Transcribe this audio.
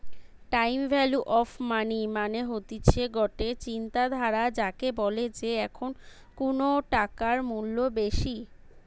time value of money মানে হতিছে গটে চিন্তাধারা যাকে বলে যে এখন কুনু টাকার মূল্য বেশি